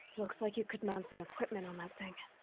looks like you could mount some equipment on that thing.